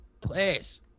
please